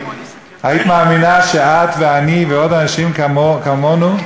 היית מאמינה שאת ואני ועוד אנשים כמונו,